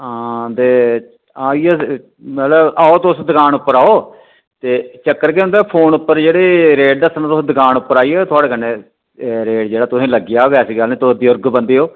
आं ते आं इयै मतलब आओ तुस दकान उप्पर आओ ते चक्कर केह् हुंदा फोन उप्पर जेह्ड़े रेट दस्सने तुस दकान उप्पर आई जाओ थुआढ़े कन्नै रेट जेह्ड़ा तुसेंगी लग्गी जाह्ग ऐसी गल्ल नी तुस बुजुर्ग बंदे ओ